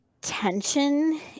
tension